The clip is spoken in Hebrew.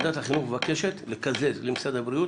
ועדת החינוך מבקשת לקזז למשרד הבריאות